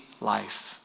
life